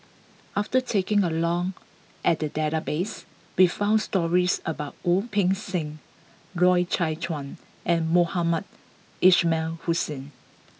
after taking a look at the database we found stories about Wu Peng Seng Loy Chye Chuan and Mohamed Ismail Hussain